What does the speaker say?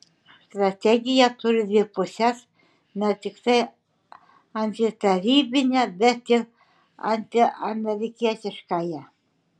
strategija turi dvi puses ne tiktai antitarybinę bet ir antiamerikietiškąją